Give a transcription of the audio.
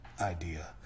idea